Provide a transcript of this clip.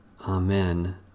Amen